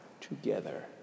together